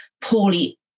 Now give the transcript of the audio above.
poorly